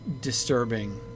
disturbing